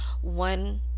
one